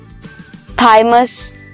Thymus